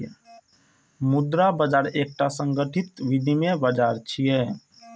मुद्रा बाजार एकटा संगठित विनियम बाजार छियै